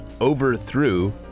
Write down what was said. Overthrew